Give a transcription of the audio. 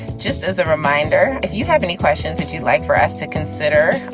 just as a reminder, if you have any questions that you'd like for us to consider.